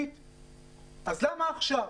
אז למה עכשיו,